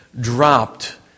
dropped